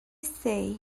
say